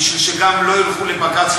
בשביל שגם לא ילכו לבג"ץ,